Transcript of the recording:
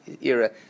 era